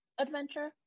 adventure